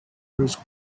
bruce